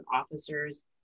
officers